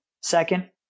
Second